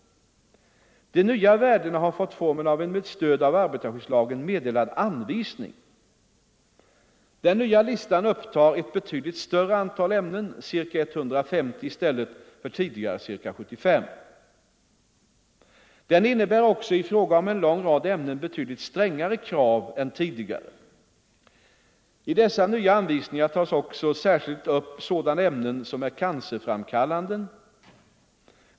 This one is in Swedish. De nya värdena har fått formen av en med stöd av arbetarskyddslagen meddelad anvisning. Den nya listan upptar ett betydligt större antal ämnen — ca 150 i stället för tidigare ca 75. Den innebär också i fråga om en lång rad ämnen betydligt strängare krav än tidigare. I dessa nya anvisningar tas också särskilt upp sådana ämnen som är cancerframkallande.